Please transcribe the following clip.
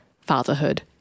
fatherhood